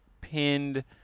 pinned